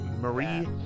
Marie